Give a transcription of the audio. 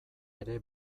ere